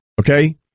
Okay